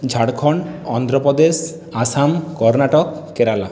Jharkhand Andhra Pradesh Assam Karnataka Kerala